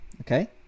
okay